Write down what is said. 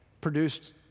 produced—